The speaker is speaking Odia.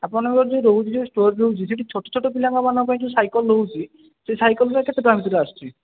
ଆପଣଙ୍କର ଯେଉଁ ରହୁ ଯେଉଁ ଷ୍ଟୋର୍ ସେଠି ଛୋଟ ଛୋଟ ପିଲାମାନଙ୍କ ପାଇଁ ଯେଉଁ ସାଇକେଲ ରହୁଛି ସେ ସାଇକେଲଟା କେତେ ଟଙ୍କା ଭିତରେ ଆସୁଛି